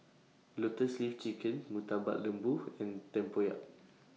Lotus Leaf Chicken Murtabak Lembu and Tempoyak